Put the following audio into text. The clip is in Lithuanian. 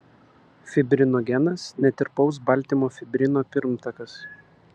fibrinogenas netirpaus baltymo fibrino pirmtakas